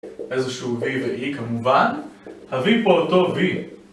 איזשהו וי ואי כמובן. הביא פה אותו וי.